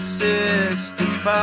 65